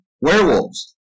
Werewolves